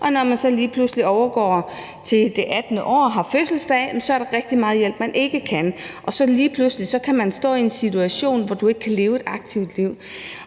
og når man så lige pludselig overgår til det 18. år, har fødselsdag, så får man ikke ret meget hjælp længere, og så kan man lige pludselig stå i en situation, hvor man ikke kan leve et aktivt liv.